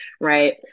right